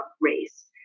race